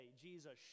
Jesus